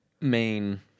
main